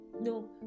no